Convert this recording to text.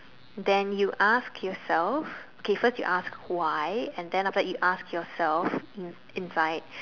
then you ask yourself K first you ask why then after that you ask yourself in inside